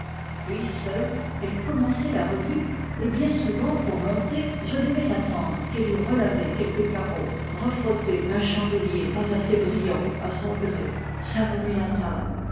puis seule elle commençait la revue et bien souvent pour monter je devais attendre qu'elle eût relavé quelque carreau refrotté un chandelier pas assez brillant à son gré savonné la table